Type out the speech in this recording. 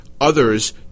others